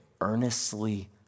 earnestly